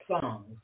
songs